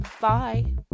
bye